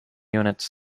units